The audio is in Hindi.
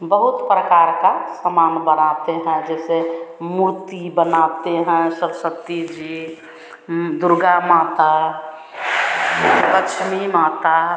बहुत प्रकार का सामान बनाते हैं जैसे मूर्ति बनाते हैं सरस्वती जी दुर्गा माता लक्ष्मी माता